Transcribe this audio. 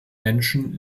menschen